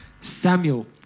Samuel